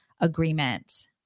agreement